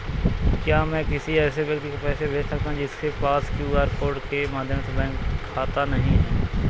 क्या मैं किसी ऐसे व्यक्ति को पैसे भेज सकता हूँ जिसके पास क्यू.आर कोड के माध्यम से बैंक खाता नहीं है?